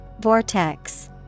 vortex